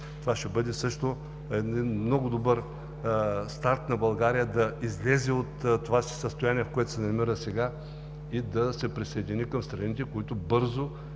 Това ще бъде също много добър старт на България да излезе от това си състояние, в което се намира сега, и да се присъедини към страните, които бързо